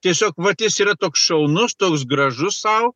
tiesiog vat jis yra toks šaunus toks gražus sau